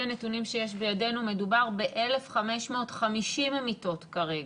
הנתונים שיש בידינו מדובר ב-1,550 מיטות כרגע,